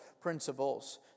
principles